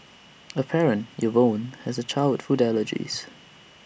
A parent Yvonne has A child with food allergies